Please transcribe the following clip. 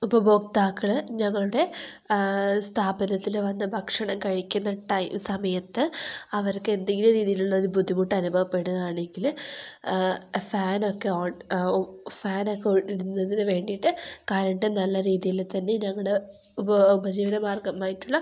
ഉപഭോക്താക്കൾ ഞങ്ങളുടെ സ്ഥാപനത്തിൽ വന്ന് ഭക്ഷണം കഴിക്കുന്ന സമയത്ത് അവർക്കെന്തെങ്കിലും രീതിയിലുള്ളൊരു ബുദ്ധിമുട്ട് അനുഭവപ്പെടുകയാണെങ്കിൽ ഫാനൊക്കെ ഫാനൊക്കെ ഇടുന്നതിനു വേണ്ടിയിട്ട് കറെണ്ട് നല്ല രീതിയിൽ തന്നെ ഞങ്ങളുടെ ഉപജീവിത മാർഗ്ഗമായിട്ടുള്ള